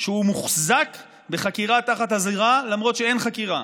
שהוא מוחזק בחקירה תחת אזהרה למרות שאין חקירה.